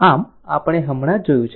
આમ આપણે હમણાં જ જોયું છે